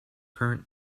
current